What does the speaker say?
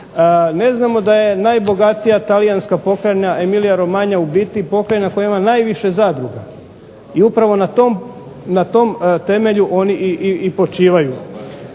Ne znamo da je najbogatija talijanska pokrajina Emilia-Romagna u biti pokrajina koja ima najviše zadruga i upravo na tom temelju oni i počivaju.